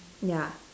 ya